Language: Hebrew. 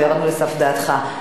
וירדנו לסוף דעתך.